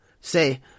Say